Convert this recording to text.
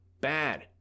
bad